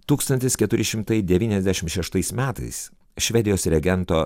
tūkstantis keturi šimtai devyniasdešim šeštais metais švedijos regento